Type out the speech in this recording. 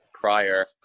prior